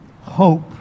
hope